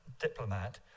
diplomat